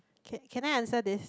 ca~ can I answer this